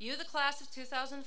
you the class of two thousand